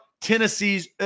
Tennessee's